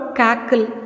cackle